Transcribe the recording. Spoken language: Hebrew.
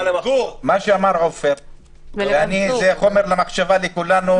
זה חומר למחשבה לכולנו,